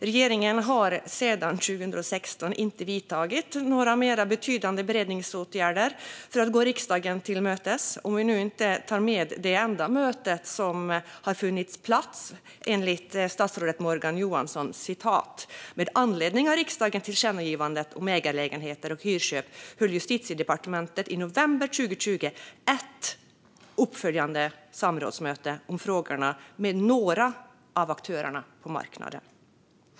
Regeringen har sedan 2016 inte vidtagit några mer betydande beredningsåtgärder för att gå riksdagen till mötes, om vi inte tar med det enda möte som, enligt statsrådet Morgan Johansson, har hållits; "Med anledning av riksdagens tillkännagivande om ägarlägenheter och hyrköp höll Justitiedepartementet i november 2020 ett uppföljande samrådsmöte om frågorna med några av aktörerna på marknaden."